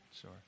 Sure